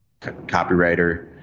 copywriter